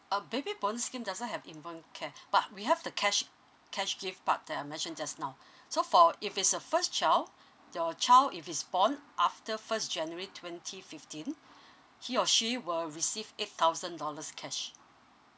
a baby born scheme doesn't have infant care but we have the cash cash gift part that I mentioned just now so for if it's a first child your child if is born after first january twenty fifteen he or she will receive eight thousand dollars cash